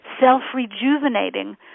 self-rejuvenating